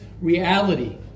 reality